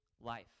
life